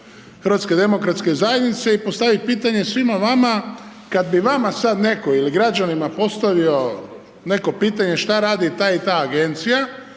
reći u ime kluba HDZ-a i postaviti potanje svima vama, kad bi vama sad netko ili građanima postavio neko pitanje šta radi ta i ta agencija,